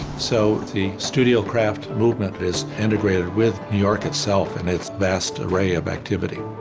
so the studio craft movement is integrated with new york itself and its vast array of activity.